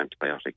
antibiotic